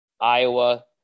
Iowa